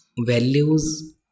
values